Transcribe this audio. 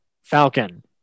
Falcon